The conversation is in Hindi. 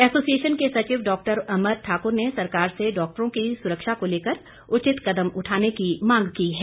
एसोसिएशन के सचिव डॉक्टर अमर ठाकुर ने सरकार से डॉक्टरों की सुरक्षा को लेकर उचित कदम उठाने की मांग की है